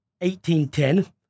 18-10